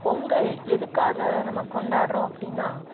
பொங்கல் எதுக்காக நம்ம கொண்டாடுறோம் அப்படின்னா